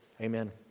Amen